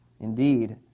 Indeed